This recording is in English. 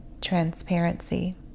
transparency